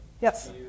Yes